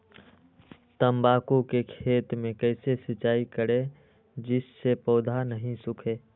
तम्बाकू के खेत मे कैसे सिंचाई करें जिस से पौधा नहीं सूखे?